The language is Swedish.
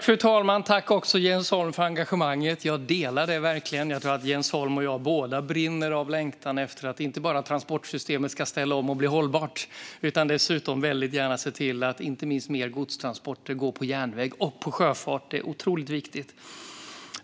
Fru talman! Tack, Jens Holm, för engagemanget! Jag delar det verkligen. Jag tror att både Jens Holm och jag brinner av längtan efter att transportsystemet ska ställa om och bli hållbart men också att mer godstransporter ska gå på järnväg och med sjöfart. Det är otroligt viktigt.